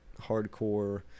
hardcore